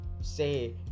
say